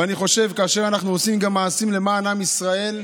אני חושב שכאשר אנחנו עושים מעשים למען עם ישראל,